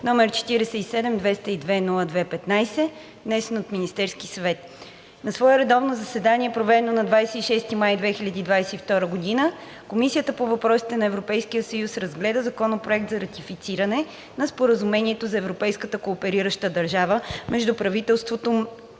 № 47-202-02-15, внесен от Министерския съвет на 13 май 2022 г. На свое редовно заседание, проведено на 26 май 2022 г., Комисията по въпросите на Европейския съюз разгледа Законопроект за ратифициране на Споразумението за европейска кооперираща държава между правителството на